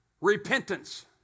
Repentance